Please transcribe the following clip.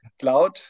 Cloud